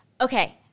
Okay